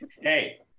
Hey